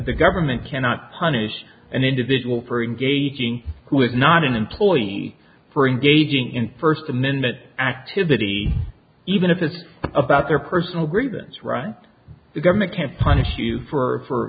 the government cannot punish an individual for engaging who is not an employee for engaging in first amendment activity even if it's about their personal grievance right the government can't punish you for